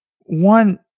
One